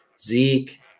zeke